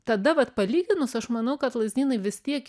tada vat palyginus aš manau kad lazdynai vis tiek